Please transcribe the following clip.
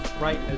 right